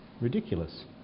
ridiculous